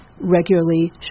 regularly